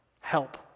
help